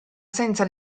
senza